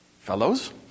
fellows